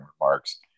remarks